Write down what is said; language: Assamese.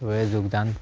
সেই যোগদান